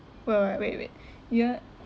wa~ ah wait wait ya